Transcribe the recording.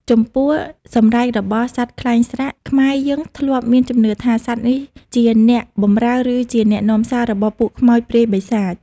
ចំពោះ សម្រែករបស់សត្វខ្លែងស្រាក ខ្មែរយើងធ្លាប់មានជំនឿថា សត្វនេះជាអ្នកបម្រើ ឬជាអ្នកនាំសាររបស់ពួកខ្មោច ព្រាយ បិសាច ។